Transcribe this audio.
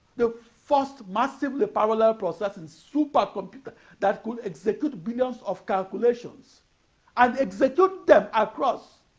the first massively parallel processing supercomputer that could execute billions of calculations and execute them across